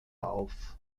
auf